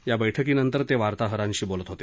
या बैठकीनंतर ते वार्ताहरांशी बोलत होते